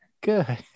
Good